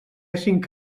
cinc